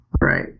Right